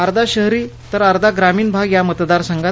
अर्धा शहरी तर अर्धा ग्रामीण भाग यामतदारसंघात आहे